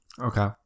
okay